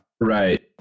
right